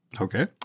Okay